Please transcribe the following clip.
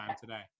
today